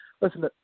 listen